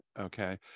okay